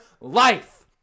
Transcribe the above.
life